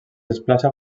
desplaça